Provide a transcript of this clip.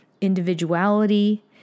individuality